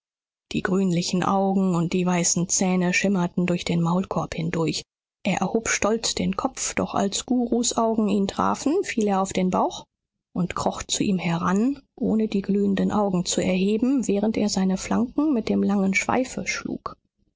die grünlichen augen und die weißen zähne schimmerten durch den maulkorb hindurch er erhob stolz den kopf doch als gurus augen ihn trafen fiel er auf den bauch und kroch zu ihm heran ohne die glühenden augen zu erheben während er seine flanken mit dem langen schweife schlug